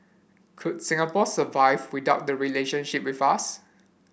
could Singapore survive without the relationship with us